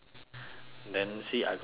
then see I got phobia